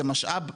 זה משאב חשוב,